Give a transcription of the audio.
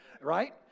right